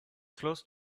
close